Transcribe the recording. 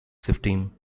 shifting